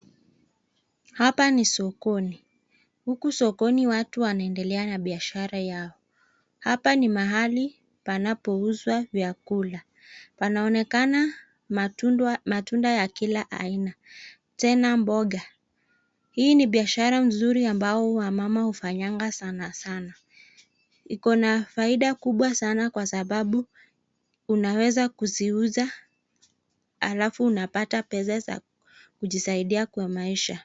Hapa ni sokoni. Huku sokoni watu wanaendelea na biashara yao. Hapa ni mahali panapouzwa vyakula. Panaonekana matunda ya kila aina, tena mboga. Hii ni biashara mzuri ambao wamama hufanyanga sana sana. Iko na faida kubwa sana kwa sababu unaweza kuziuza halafu unapata pesa za kujisaidia kwa maisha.